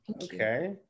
Okay